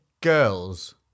girls